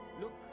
Look